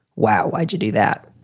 wow, why'd you do that?